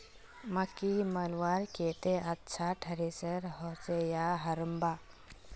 मकई मलवार केते अच्छा थरेसर होचे या हरम्बा?